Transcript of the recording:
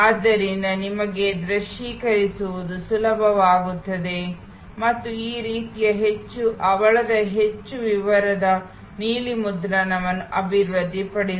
ಆದ್ದರಿಂದ ನಿಮಗೆ ದೃಶ್ಯೀಕರಿಸುವುದು ಸುಲಭವಾಗುತ್ತದೆ ಮತ್ತು ಈ ರೀತಿಯ ಹೆಚ್ಚು ಹವಳದ ಹೆಚ್ಚು ವಿವರವಾದ ನೀಲಿ ಮುದ್ರಣಗಳನ್ನು ಅಭಿವೃದ್ಧಿಪಡಿಸಿ